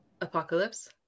Apocalypse